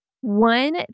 One